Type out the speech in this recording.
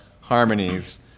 harmonies